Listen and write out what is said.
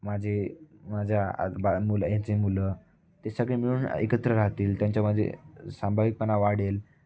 माझे माझ्या आ बा मुलं याचे मुलं ते सगळे मिळून एकत्र राहतील त्यांच्यामध्ये समवायिकपणा वाढेल